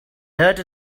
dirt